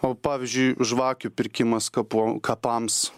o pavyzdžiui žvakių pirkimas kapų kapams